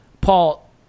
Paul